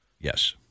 Yes